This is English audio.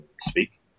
speak